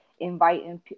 inviting